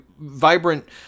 vibrant